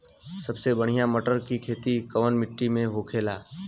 सबसे बढ़ियां मटर की खेती कवन मिट्टी में होखेला?